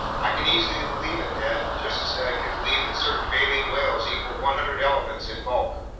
i can easily believe it, ned, just as i can believe that certain baleen whales equal one hundred elephants in bulk.